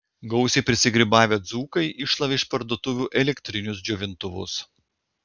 gausiai prisigrybavę dzūkai iššlavė iš parduotuvių elektrinius džiovintuvus